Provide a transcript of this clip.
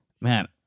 man